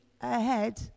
ahead